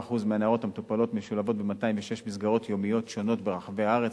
37% מהנערות המטופלות משולבות ב-206 מסגרות יומיות שונות ברחבי הארץ,